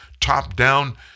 top-down